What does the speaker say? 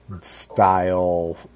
style